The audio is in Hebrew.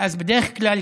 ואז בדרך כלל,